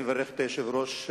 אני מברך את היושב-ראש,